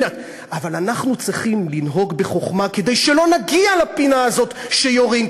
אבל אנחנו צריכים לנהוג בחוכמה כדי שלא נגיע לפינה הזאת שיורים,